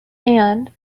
and